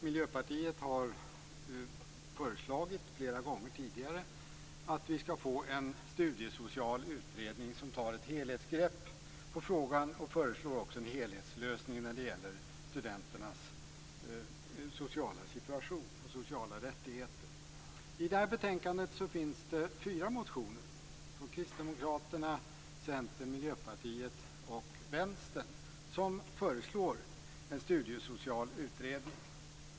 Miljöpartiet har flera gånger tidigare föreslagit att vi skall få en studiesocial utredning som tar ett helhetsgrepp på frågan och föreslår en helhetslösning när det gäller studenternas sociala situation och sociala rättigheter. I detta betänkande föreslår man i fyra motioner - Vänstern - en studiesocial utredning.